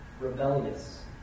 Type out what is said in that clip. rebellious